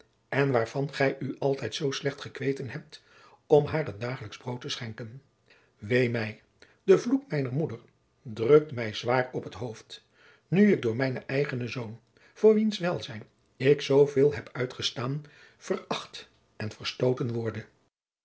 en waarvan gij u altijd zoo slecht gekweten hebt om haar het dagelijksch brood te schenken wee mij de vloek mijner moeder jacob van lennep de pleegzoon drukt mij zwaar op t hoofd nu ik door mijnen eigenen zoon voor wiens welzijn ik zooveel heb uitgestaan veracht en verstoten worde